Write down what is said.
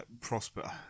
prosper